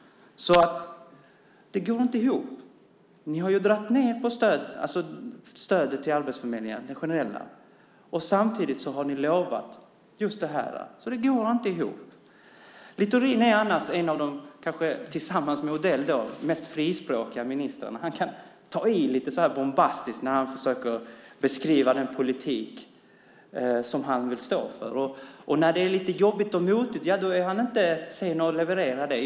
Det går inte ihop. Ni har ju dragit ned på stödet till Arbetsförmedlingen. Samtidigt har ni lovat just det här. Det går inte ihop. Littorin är annars en av de, kanske tillsammans med Odell, mest frispråkiga ministrarna. Han kan ta i lite bombastiskt när han försöker beskriva den politik som han vill stå för. När det är lite jobbigt och motigt är han inte sen att leverera det.